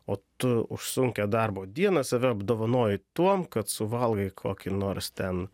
o tu už sunkią darbo dieną save apdovanoji tuom kad suvalgai kokį nors ten